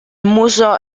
muso